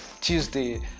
Tuesday